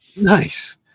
Nice